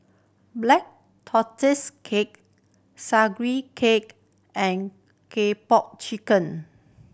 Black Tortoise Cake Sugee Cake and Kung Po Chicken